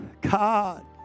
God